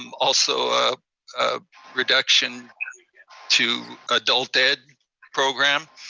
um also ah a reduction to adult ed program.